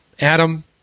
Adam